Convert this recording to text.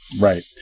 Right